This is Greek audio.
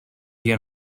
για